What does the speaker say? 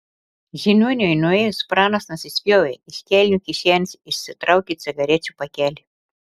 žiniuoniui nuėjus pranas nusispjovė iš kelnių kišenės išsitraukė cigarečių pakelį